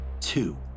two